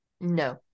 No